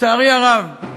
לצערי הרב,